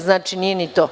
Znači, nije ni to.